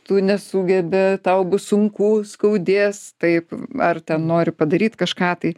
tu nesugebi tau bus sunku skaudės taip ar ten nori padaryt kažką tai